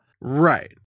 Right